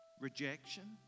rejection